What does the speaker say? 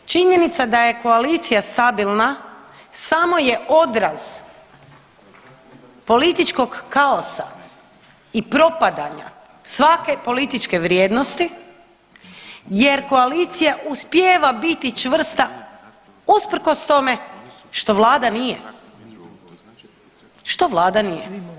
Činjenica da je koalicija stabilna samo je odraz političkog kaosa i propadanja svake političke vrijednosti jer koalicija uspijeva biti čvrsta usprkos tome što vlada nije, što vlada nije.